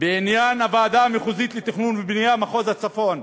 בעניין הוועדה המחוזית לתכנון ובנייה במחוז הצפון,